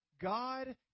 God